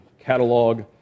catalog